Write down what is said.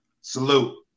salute